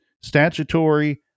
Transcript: statutory